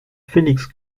félix